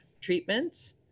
treatments